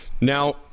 Now